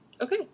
okay